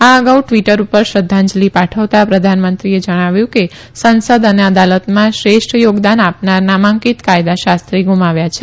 આ અગાઉ ટવીટર પર શ્રધ્ધાંજલી પાઠવતા પ્રધાનમંત્રીએ જણાવ્યું કે સંસદ અને અદાલતમાં શ્રેષ્ઠ યોગદાન આપનાર નામાંકિત કાયદાશાન્ની ગુમાવ્યા છે